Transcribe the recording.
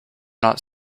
not